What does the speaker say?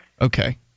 Okay